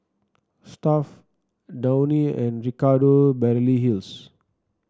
Stuffd Downy and Ricardo Beverly Hills